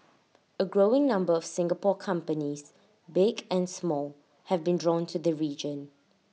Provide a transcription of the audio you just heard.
A growing number of Singapore companies big and small have been drawn to the region